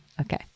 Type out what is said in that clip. Okay